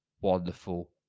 wonderful